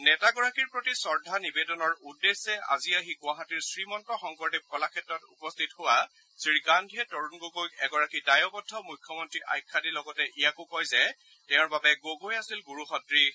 নেতাগৰাকীৰ প্ৰতি শ্ৰদ্ধা নিৱেদনৰ উদ্দেশ্যে আজি আহি গুৱাহাটীৰ শ্ৰীমন্ত শংকৰদেৱ কলাক্ষেত্ৰত উপস্থিত হোৱা শ্ৰীগান্ধীয়ে তৰুণ গগৈক এগৰাকী দায়বদ্ধ মুখ্যমন্ত্ৰী আখ্যা দি লগতে ইয়াকো কয় যে তেওঁৰ বাবে গগৈ আছিল গুৰুসদৃশ